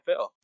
NFL